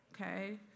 Okay